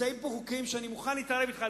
יש פה חוקים שאני מוכן להתערב אתך,